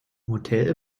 hotel